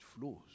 flows